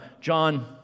John